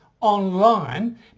online